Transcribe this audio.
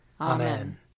Amen